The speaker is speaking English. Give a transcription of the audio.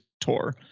tour